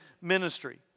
ministry